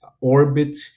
orbit